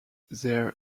their